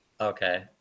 okay